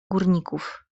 górników